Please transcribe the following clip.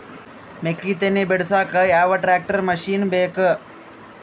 ಮೆಕ್ಕಿ ತನಿ ಬಿಡಸಕ್ ಯಾವ ಟ್ರ್ಯಾಕ್ಟರ್ ಮಶಿನ ಬೇಕು?